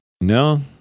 No